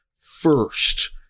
first